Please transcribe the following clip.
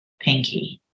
pinky